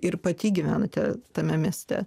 ir pati gyvenate tame mieste